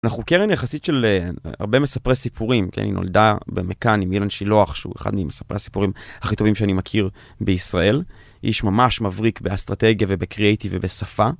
אנחנו קרן יחסית של הרבה מספרי סיפורים, כן, היא נולדה במכאן עם אילן שילוח, שהוא אחד ממספרי הסיפורים הכי טובים שאני מכיר בישראל. איש ממש מבריק באסטרטגיה ובקריאייטיב ובשפה.